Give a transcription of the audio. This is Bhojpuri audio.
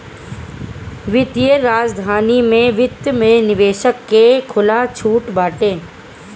वित्तीय राजधानी में वित्त में निवेशक के खुला छुट बाटे